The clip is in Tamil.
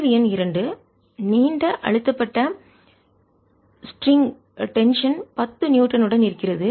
கேள்வி எண் 2 நீண்ட அழுத்தப்பட்ட ஸ்ட்ரிங் லேசான கயிறு டென்ஷன்இழுவிசை 10 நியூட்டனுடன் இருக்கிறது